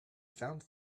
found